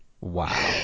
Wow